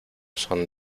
son